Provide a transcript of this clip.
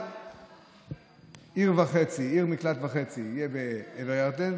עיר מקלט וחצי תהיה בעבר הירדן,